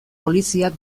poliziak